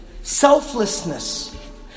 selflessness